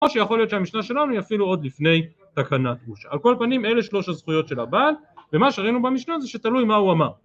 או שיכול להיות שהמשנה שלנו היא אפילו עוד לפני תקנת גושה. על כל פנים, אלה שלוש הזכויות של הבעל, ומה שראינו במשנה זה שתלוי מה הוא אמר.